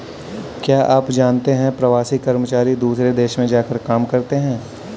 क्या आप जानते है प्रवासी कर्मचारी दूसरे देश में जाकर काम करते है?